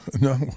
No